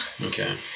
okay